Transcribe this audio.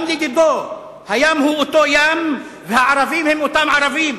גם לדידו הים הוא אותו ים והערבים הם אותם ערבים,